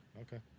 Okay